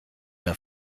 der